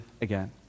again